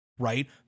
Right